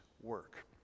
work